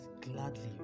gladly